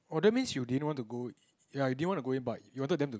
oh that means you didn't want to go ya you didn't want to go in but you wanted them to